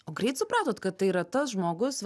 o greit supratot kad tai yra tas žmogus va